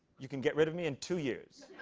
you can get rid of me in two years.